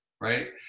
right